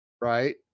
right